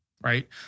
Right